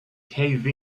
cave